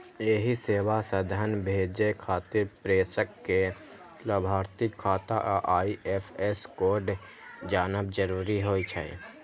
एहि सेवा सं धन भेजै खातिर प्रेषक कें लाभार्थीक खाता आ आई.एफ.एस कोड जानब जरूरी होइ छै